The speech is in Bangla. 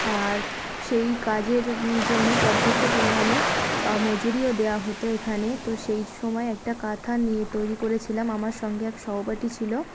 আর সেই কাজের জন্য পর্যাপ্ত পরিমাণে মজুরিও দেওয়া হতো এখানে তো সেই সময় একটা কাঁথা নিয়ে তৈরি করেছিলাম আমার সঙ্গে এক সহপাঠী ছিল